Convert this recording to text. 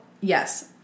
yes